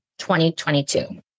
2022